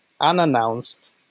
unannounced